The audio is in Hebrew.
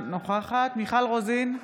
אינה נוכחת מיכל רוזין,